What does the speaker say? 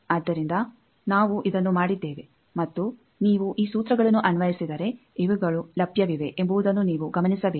ಆದ್ದರಿಂದ ನಾವು ಇದನ್ನು ಮಾಡಿದ್ದೇವೆ ಮತ್ತು ನೀವು ಈ ಸೂತ್ರಗಳನ್ನು ಅನ್ವಯಿಸಿದರೆ ಇವುಗಳು ಲಭ್ಯವಿವೆ ಎಂಬುದನ್ನೂ ನೀವು ಗಮನಿಸಬೇಕು